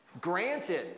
Granted